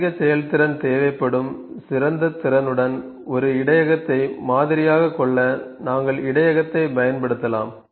அதிக செயல்திறன் தேவைப்படும் சிறந்த திறனுடன் ஒரு இடையகத்தை மாதிரியாகக் கொள்ள நாங்கள் இடையகத்தைப் பயன்படுத்தலாம்